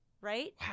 Right